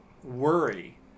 worry